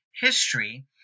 history